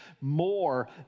More